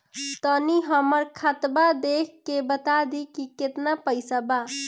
तनी हमर खतबा देख के बता दी की केतना पैसा बा?